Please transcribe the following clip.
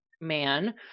man